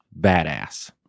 badass